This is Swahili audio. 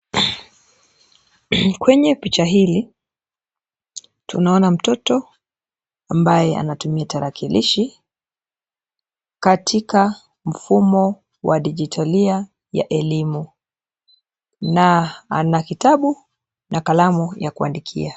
Kwenye picha hili, tunaona mtoto ambaye anatumia tarakilishi katika mfumo wa kidijitalia ya elimu. Na ana kitabu na kalamu ya kuandikia.